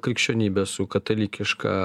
krikščionybe su katalikiška